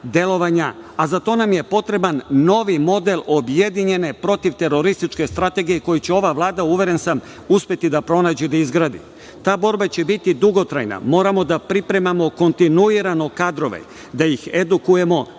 a za to nam je potreban novi model objedinjene protivterorističke strategije, koji će ova Vlada, uveren sam, uspeti da pronađe i da izgradi. Ta borba će biti dugotrajna. Moramo da pripremamo kontinuirano kadrove, da ih edukujemo,